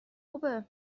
خوبه